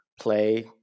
play